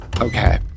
Okay